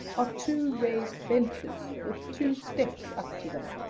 are two raised benches with two steps up to them,